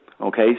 okay